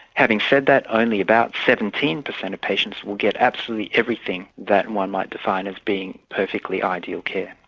having said that, only about seventeen percent of patients will get absolutely everything that one might define as being perfectly ideal care.